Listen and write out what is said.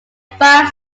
five